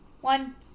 One